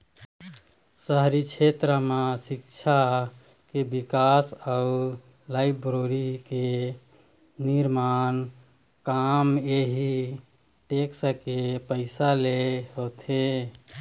शहरी छेत्र म सिक्छा के बिकास अउ लाइब्रेरी के निरमान काम इहीं टेक्स के पइसा ले होथे